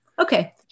Okay